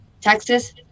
Texas